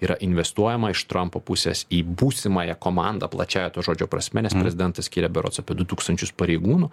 yra investuojama iš trumpo pusės į būsimąją komandą plačiąja to žodžio prasme nes prezidentas skiria berods apie du tūkstančius pareigūnų